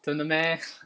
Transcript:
真的 meh